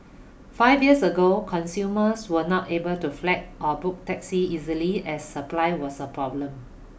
five years ago consumers were not able to flag or book taxis easily as supply was a problem